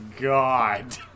God